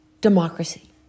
Democracy